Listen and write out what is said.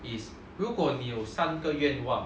is 如果你有三个愿望